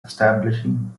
establishing